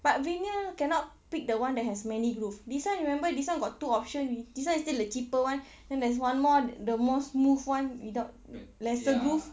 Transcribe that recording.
but vinyl cannot pick the one that has many groove this [one] remember this [one] got two option we this [one] is still the cheaper one then there's one more the the most move [one] without lesser groove